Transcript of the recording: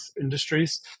industries